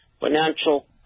financial